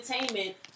entertainment